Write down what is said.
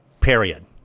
Period